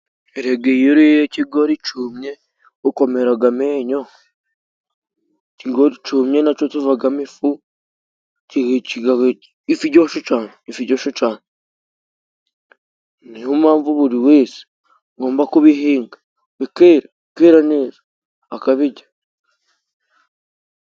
Erega iyo uriye ikigori cumye ukomeraga amenyo. Ikigori cumye naco civagamo ifu, ifu ijoshe ifu ijoshe cane, niyo mpamvu buri wese agomba kubihinga bikera bikera neza bakabirya.